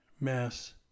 mass